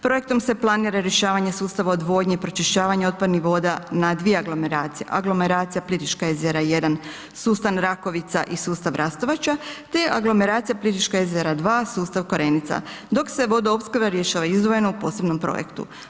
Projektom se planira rješavanje sustava odvodnje i pročišćavanje otpadnih voda na dvije aglomeracije, aglomeracija Plitvička jezera I, sustav Rakovica i sustav Rastovača te aglomeracija Plitvička jezera II, sustav Korenica dok se vodoopskrba rješava izdvojeno u posebnom projektu.